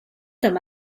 them